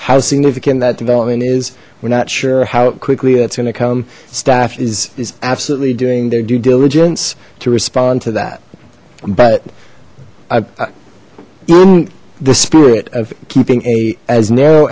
how significant that development is we're not sure how quickly it's gonna come staff is is absolutely doing their due diligence to respond to that but i in the spirit of keeping a as narrow